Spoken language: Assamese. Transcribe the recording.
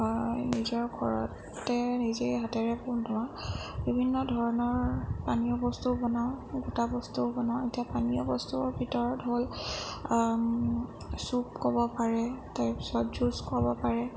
নিজৰ ঘৰতে নিজেই হাতেৰে বনোৱা বিভিন্ন ধৰণৰ পানীয় বস্তু বনাওঁ গোটা বস্তুও বনাওঁ এতিয়া পানীয় বস্তুৰ ভিতৰত হ'ল চুপ ক'ব পাৰে তাৰপিছত জুচ ক'ব পাৰে